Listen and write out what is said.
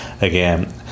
again